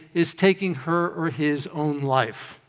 is taking her or his own life.